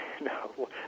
No